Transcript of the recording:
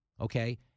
okay